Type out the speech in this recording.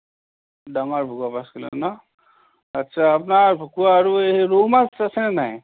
ডাঙৰ ভকুৱা পাচ কিলো নহ্ আচ্ছা আপোনাৰ ভকুৱা আৰু সেই ৰৌ মাছ আছেনে নাই